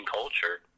culture